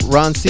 Ron